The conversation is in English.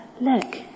look